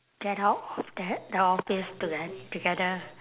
get out of that the office toget~ together